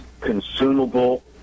consumable